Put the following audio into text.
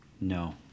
No